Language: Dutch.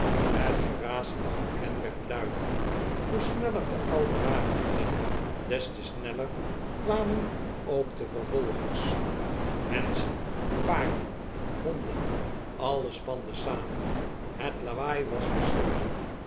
het geraas achter hen werd luider hoe sneller de oude wagen ging des te sneller kwamen ook de vervolgers menschen paarden honden alles spande samen het lawaai was verschrikkelijk